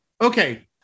Okay